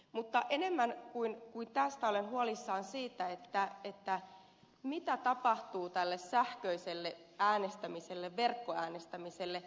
mutta enemmän kuin tästä olen huolissani siitä mitä tapahtuu tälle sähköiselle äänestämiselle verkkoäänestämiselle